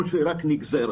או שהיא רק נגזרת.